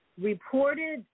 reported